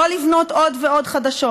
לא לבנות עוד ועוד חדשות.